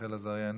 רחל עזריה,